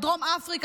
של דרום אפריקה,